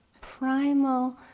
primal